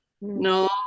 no